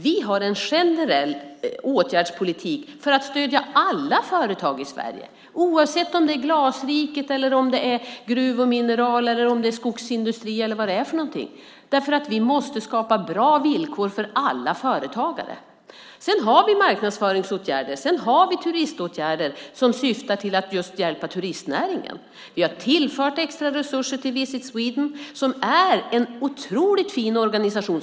Vi har en generell åtgärdspolitik för att stödja alla företag i Sverige, oavsett om det är Glasriket, gruv och mineralnäring, skogsindustri eller vad det är för något, därför att vi måste skapa bra villkor för alla företagare. Dessutom har vi marknadsföringsåtgärder och turiståtgärder som syftar till att hjälpa just turistnäringen. Vi har tillfört extra resurser till Visit Sweden som är en otroligt fin organisation.